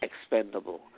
expendable